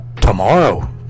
tomorrow